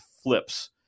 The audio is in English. flips